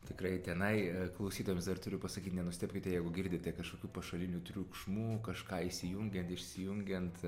tikrai tenai klausytojams dar turiu pasakyt nenustebkite jeigu girdite kažkokių pašalinių triukšmų kažką įsijungiant išsijungiant